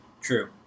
true